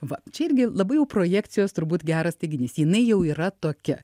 va čia irgi labai jau projekcijos turbūt geras teiginys jinai jau yra tokia